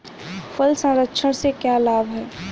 फल संरक्षण से क्या लाभ है?